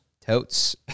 Totes